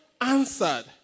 answered